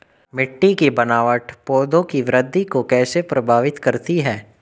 मिट्टी की बनावट पौधों की वृद्धि को कैसे प्रभावित करती है?